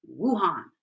Wuhan